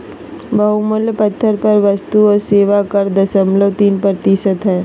बहुमूल्य पत्थर पर वस्तु और सेवा कर दशमलव तीन प्रतिशत हय